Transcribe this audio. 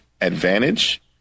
advantage